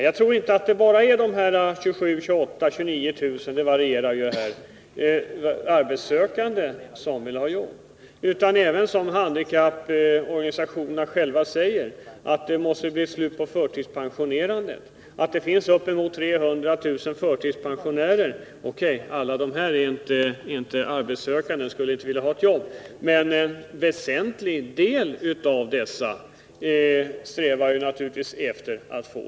Jag tror inte att det bara är de här 27 000, 28 000 eller 29 000 — talet varierar — arbetssökande som vill ha jobb. Som handikapporganisationerna själva säger måste det också bli slut på förtidspensionerandet. Det finns omkring 300 000 förtidspensionerade. O.K., alla är inte arbetssökande, alla skulle inte vilja ha ett jobb, men en väsentlig del av dem strävar naturligtvis efter det.